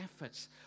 efforts